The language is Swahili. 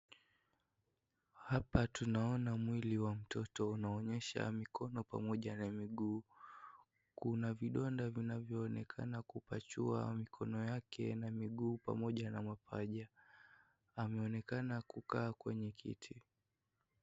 Hapa tunaona mwili wa mtoto unaonyesha mkono pamoja na mguu kuna vidonda vinavyonekana kupachua mikono yake na miguu pamoja na mapaja ameonekana kukaa kwenye kiti.